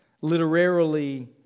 Literarily